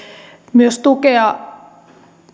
myös tukea